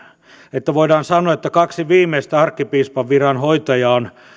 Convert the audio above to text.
että voidaan sanoa että kaksi viimeistä arkkipiispan viran hoitajaa ovat